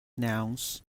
nouns